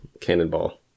cannonball